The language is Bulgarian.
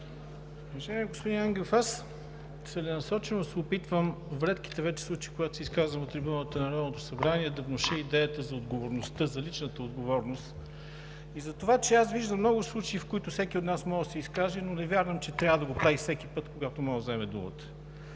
господин Ангелов, аз целенасочено се опитвам в редките вече случаи, когато се изказвам от трибуната на Народното събрание, да внуша идеята за отговорността, за личната отговорност и за това, че аз виждам много случаи, в които всеки от нас може да се изкаже, но не вярвам, че трябва да го прави всеки път, когато може да вземе думата.